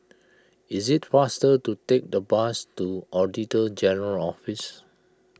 it is faster to take the bus to Auditor General's Office